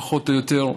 פחות או יותר,